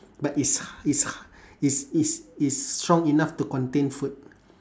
but it's ha~ it's ha~ it's it's it's strong enough to contain food